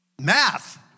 Math